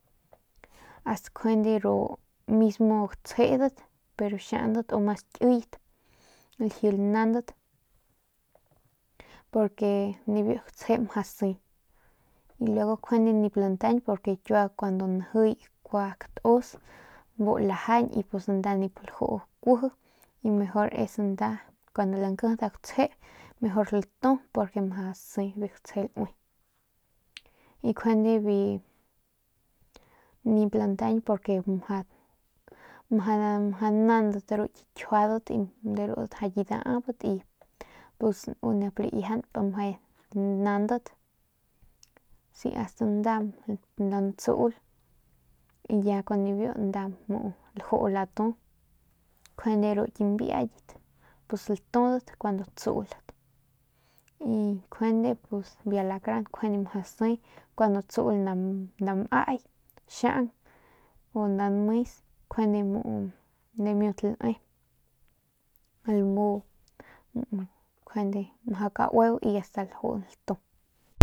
Ast ru mismo gutsjedat pero xiaundat u mas kiyat laji lanaundat porque nibiu gutsje mjau siy y luego njuande nip lantañ porque kiua njiy biu katus bu lajañ y pus nda nip lajuu kuiji y mejor es nda cuando lankiji nda gutsje mejor latu porque mjau siy biu gutsje laui y njuande biu bi nip lantañ mja nandat ru ki kjiuadat de rudat mjau ki daabat y pus u nep laiajanp mje lanandat si ast nda lantsul y ya kun nibiu laju latu njuande ru ki mbiayat latudat kuandu tsulat y juande biu alacran mjau siy kuandu tsul nda nmay xiaung u nda nmes juande muu njuande dimiut lae njuande bu njuande mjau kaueu si nda laju latu.